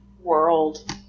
world